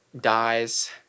dies